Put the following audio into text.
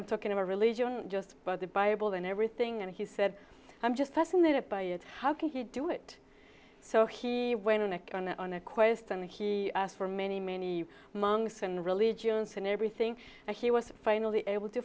i'm talking about religion just by the bible and everything and he said i'm just fascinated by it how can he do it so he went on and on on a quest and he asked for many many monks and religions and everything and he was finally able to